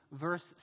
verse